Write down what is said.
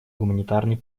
гуманитарной